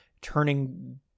turning